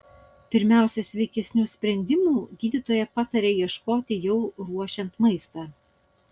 pirmiausia sveikesnių sprendimų gydytoja pataria ieškoti jau ruošiant maistą